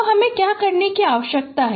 तो हमें क्या करने की आवश्यकता है